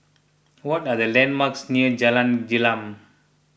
what are the landmarks near Jalan Gelam